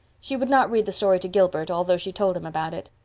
she would not read the story to gilbert, although she told him about it.